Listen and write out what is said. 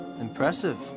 Impressive